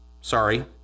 sorry